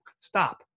stop